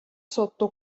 sotto